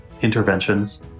interventions